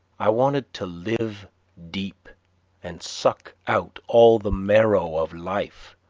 i wanted to live deep and suck out all the marrow of life,